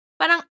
parang